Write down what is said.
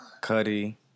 cuddy